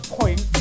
point